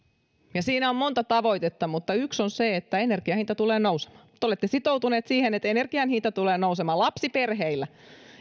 siinä on monta tavoitetta mutta yksi asia on se että energian hinta tulee nousemaan te olette sitoutuneet siihen että energian hinta tulee nousemaan lapsiperheillä